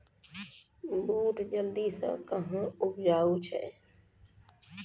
बूट जल्दी से कहना उपजाऊ छ?